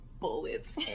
bullets